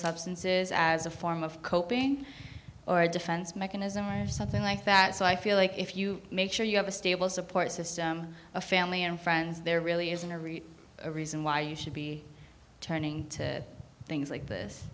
substances as a form of coping or a defense mechanism or something like that so i feel like if you make sure you have a stable support system a family and friends there really isn't a real reason why you should be turning to things like this